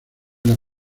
las